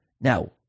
Now